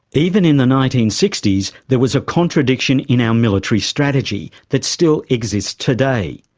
even in the nineteen sixty s there was a contradiction in our military strategy that still exists today.